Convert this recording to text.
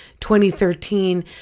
2013